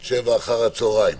ותקנות מ-19:00 בערב עד אחר הצהריים